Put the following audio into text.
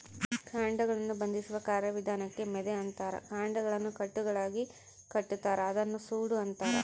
ಕಾಂಡಗಳನ್ನು ಬಂಧಿಸುವ ಕಾರ್ಯವಿಧಾನಕ್ಕೆ ಮೆದೆ ಅಂತಾರ ಕಾಂಡಗಳನ್ನು ಕಟ್ಟುಗಳಾಗಿಕಟ್ಟುತಾರ ಅದನ್ನ ಸೂಡು ಅಂತಾರ